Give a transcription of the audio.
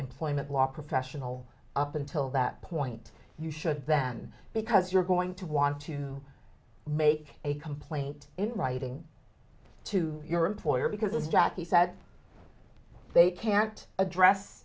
employment law professional up until that point you should then because you're going to want to make a complaint in writing to your employer because jackie said they can't address